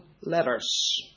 letters